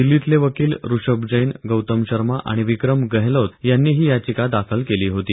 दिल्लीतले वकिल ऋषभ जैन गौतम शर्मा आणि विक्रम गेहलोत यांनी ही याचिका दाखल केली होती